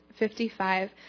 55